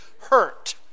hurt